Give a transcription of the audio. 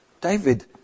David